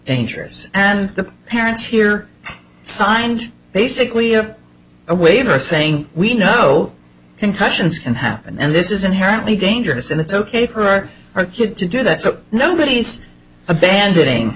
dangerous and the parents here signed basically a waiver saying we know concussions can happen and this is inherently dangerous and it's ok for her kid to do that so nobody is abandoning